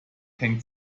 hängt